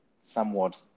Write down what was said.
somewhat